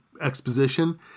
exposition